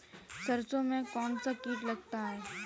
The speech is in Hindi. सरसों में कौनसा कीट लगता है?